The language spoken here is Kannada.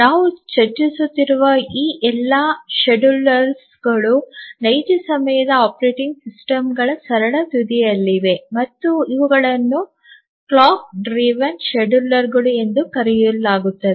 ನಾವು ಚರ್ಚಿಸುತ್ತಿರುವ ಈ ಎಲ್ಲಾ ವೇಳಾಪಟ್ಟಿಗಳು ನೈಜ ಸಮಯದ ಆಪರೇಟಿಂಗ್ ಸಿಸ್ಟಮ್ಗಳ ಸರಳ ತುದಿಯಲ್ಲಿವೆ ಮತ್ತು ಇವುಗಳನ್ನು ಗಡಿಯಾರ ಚಾಲಿತ ವೇಳಾಪಟ್ಟಿಗಳು ಎಂದು ಕರೆಯಲಾಗುತ್ತದೆ